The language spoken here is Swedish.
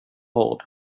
hård